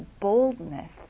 boldness